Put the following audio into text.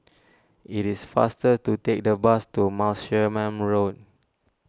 it is faster to take the bus to Martlesham Road